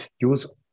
use